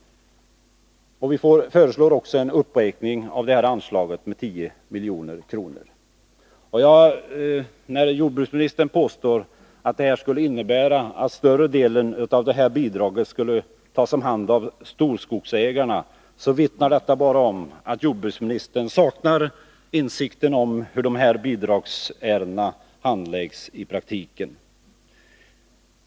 Vi föreslår också en uppräkning av anslaget med 10 milj.kr. När jordbruksministern påstår att vårt förslag skulle innebära att större delen av bidraget skulle tas om hand av storskogsägarna vittnar det bara om att jordbruksministern saknar insikt om hur de här bidragsärendena handläggs i praktiken.